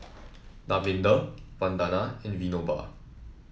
Davinder Vandana and Vinoba